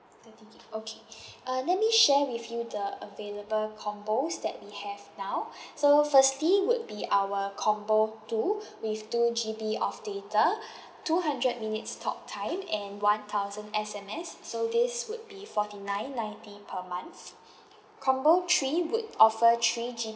thirty gig okay uh let me share with you the available combos that we have now so firstly would be our combo two with two G_B of data two hundred minutes talk time and one thousand S_M_S so this would be forty nine ninety per month combo three would offer three G_B